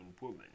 woman